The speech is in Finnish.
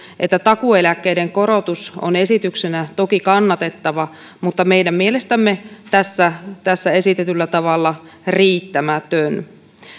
että takuueläkkeiden korotus on esityksenä toki kannatettava mutta meidän mielestämme tässä tässä esitetyllä tavalla riittämätön